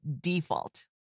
default